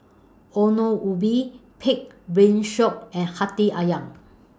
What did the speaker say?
Ongol Ubi Pig'S Brain Shop and Hati Ayam